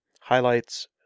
highlights